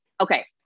Okay